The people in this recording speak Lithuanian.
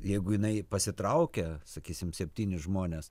jeigu jinai pasitraukia sakysim septyni žmonės